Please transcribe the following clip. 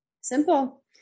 Simple